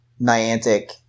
Niantic